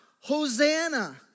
Hosanna